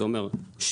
זה אומר 7.25,